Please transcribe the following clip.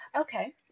Okay